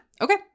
Okay